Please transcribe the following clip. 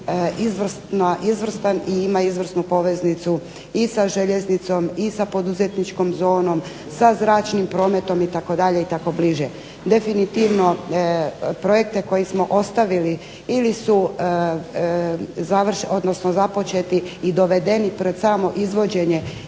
izvrstan i ima izvrsnu poveznicu i sa željeznicom, i sa poduzetničkom zonom, sa zračnim prometom itd. i tako bliže. Definitivno projekte koje smo ostavili ili su, odnosno započeti i dovedeni pred samo izvođenje